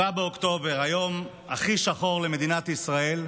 7 באוקטובר, היום הכי שחור למדינת ישראל.